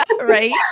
Right